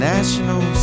National